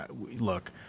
look